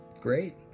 Great